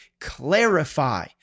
clarify